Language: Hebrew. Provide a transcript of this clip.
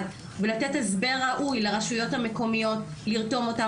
ולתת הסבר ראוי לרשויות המקומיות לרתום אותן.